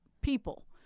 people